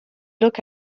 look